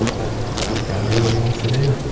but he's going to do what he wants to do,